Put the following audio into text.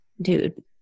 dude